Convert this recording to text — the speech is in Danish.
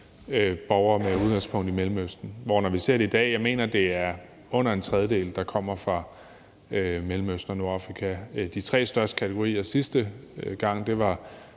borgere med udgangspunkt i Mellemøsten, hvor jeg mener, at det, når vi ser på det i dag, er under en tredjedel, der kommer fra Mellemøsten og Nordafrika. De tre største kategorier var sidste gang briter,